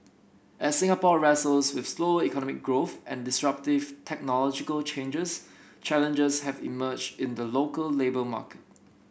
as Singapore wrestles with slow economic growth and disruptive technological changes challenges have emerged in the local labour market